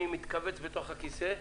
אני מתכווץ בתוך הכיסא,